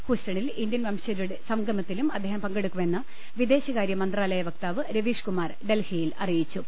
ഹുസ്റ്റണിൽ Indian വംശജരുടെ സംഗമത്തിലും അദ്ദേഹം പങ്കെടുക്കുമെന്ന് വിദേശകാര്യ മന്ത്രാലയ വക്താവ് രവീഷ് കുമാർ ഡൽഹിയിൽ അറിയിച്ചു